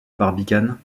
barbicane